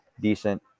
decent